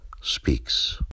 speaks